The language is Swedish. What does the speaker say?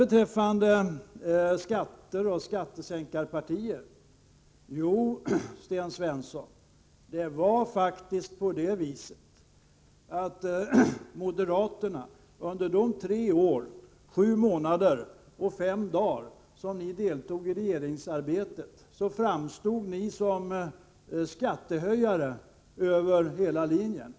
Beträffande skatter och skattesänkarpartier: Jo, Sten Svensson, det var faktiskt på det viset att moderaterna under de tre år, sju månader och fem dagar som ni deltog i regeringsarbetet framstod som skattehöjare över hela linjen.